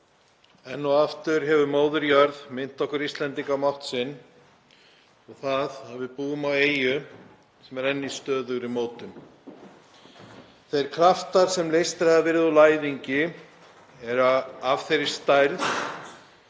Enn og aftur hefur móðir jörð minnt okkur Íslendinga á mátt sinn og það að við búum á eyju sem er enn í stöðugri mótun. Þeir kraftar sem leystir hafa verið úr læðingi eru af þeirri stærð